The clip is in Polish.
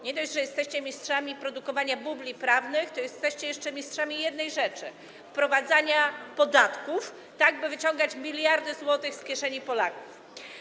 Nie dość, że jesteście mistrzami produkowania bubli prawnych, to jeszcze jesteście mistrzami jednej rzeczy: wprowadzania podatków, tak by wyciągać miliardy złotych z kieszeni Polaków.